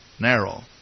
narrow